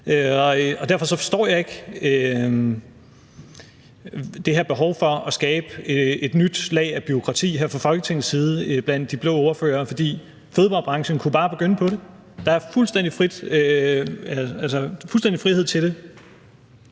Derfor forstår jeg ikke det her behov blandt de blå ordførere for at skabe et nyt lag af bureaukrati her fra Folketingets side af, for fødevarebranchen kunne bare begynde på det. Der er fuldstændig frihed til det.